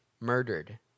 murdered